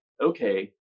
okay